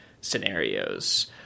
scenarios